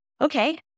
Okay